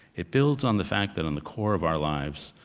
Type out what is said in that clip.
it builds on the fact that on the core of our lives,